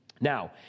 Now